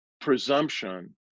presumption